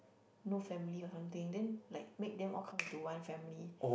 no family or something then like make them all come into one family